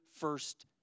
first